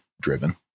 driven